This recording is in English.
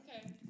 okay